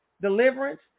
deliverance